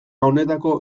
honetako